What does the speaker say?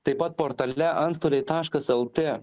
taip pat portale antstoliai taškas lt